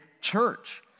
church